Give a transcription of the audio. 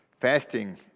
Fasting